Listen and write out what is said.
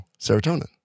serotonin